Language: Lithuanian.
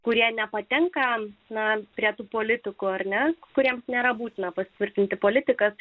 kurie nepatinka ne prie tų politikų ar ne kuriems nėra būtina patvirtinti politikas